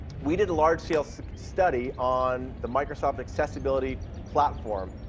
we did a large scale so study on the microsoft accessibility platform,